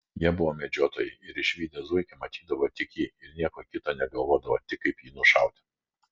jie buvo medžiotojai ir išvydę zuikį matydavo tik jį ir nieko kito negalvodavo tik kaip jį nušauti